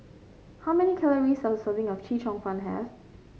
how many calories does a serving of Chee Cheong Fun have